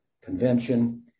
convention